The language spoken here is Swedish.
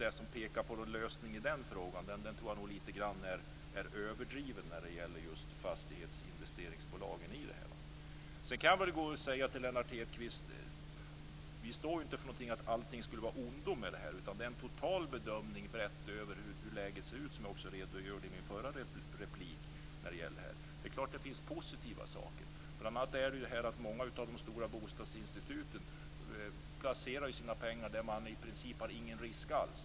Den utpekade lösningen i den frågan är överdriven i fråga om fastighetsinvesteringsbolag. Vi anser inte att allt skulle vara av ondo, Lennart Hedquist. Det är fråga om en total bedömning av hur läget ser ut - som jag också redogjorde för i min förra replik. Det är klart att det finns positiva saker. Många av de stora bostadsinstituten placerar pengar där det inte finns någon risk alls.